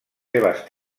seves